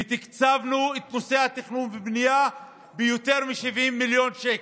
ותקצבנו את נושא התכנון והבנייה ביותר מ-70 מיליון שקל.